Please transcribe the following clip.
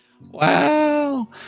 Wow